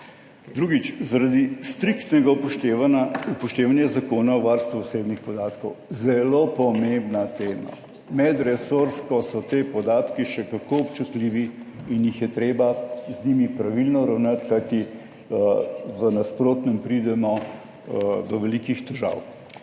Drugič, zaradi striktnega upoštevanja, upoštevanja Zakona o varstvu osebnih podatkov, zelo pomembna tema. Medresorsko so ti podatki še kako občutljivi in jih je treba z njimi pravilno ravnati, kajti v nasprotnem pridemo do velikih težav.